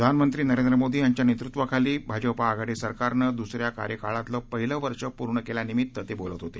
प्रधानमंत्री नरेंद्र मोदी यांच्या नेतृत्वाखाली भाजपा आघाडी सरकारनं दुस या कार्यकाळातलं पहिलं वर्ष पूर्ण केल्यानिमित्त ते बोलत होते